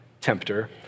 tempter